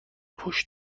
پشت